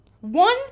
One